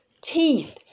teeth